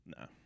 No